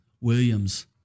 Williams